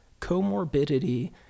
Comorbidity